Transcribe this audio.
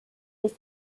des